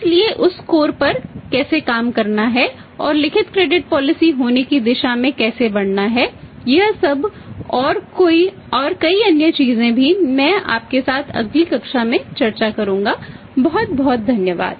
इसलिए उस स्कोर होने की दिशा में कैसे बढ़ना है यह सब और कई अन्य चीजें भी मैं आपके साथ अगली कक्षा में चर्चा करूंगा बहुत बहुत धन्यवाद